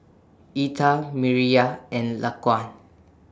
Etha Mireya and Laquan